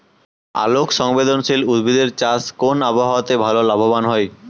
আলোক সংবেদশীল উদ্ভিদ এর চাষ কোন আবহাওয়াতে ভাল লাভবান হয়?